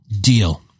Deal